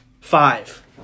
Five